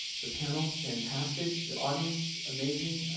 the panel fantastic, the audience amazing.